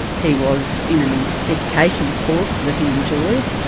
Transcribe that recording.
he was in an education course that he enjoyed,